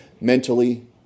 mentally